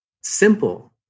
simple